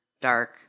dark